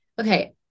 okay